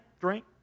drink